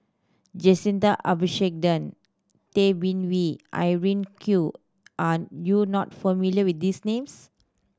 Jacintha Abisheganaden Tay Bin Wee Irene Khong are you not familiar with these names